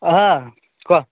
অঁ কোৱা